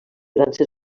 danses